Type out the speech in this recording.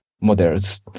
models